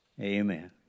Amen